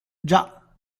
già